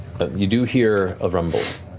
but you do hear a rumble.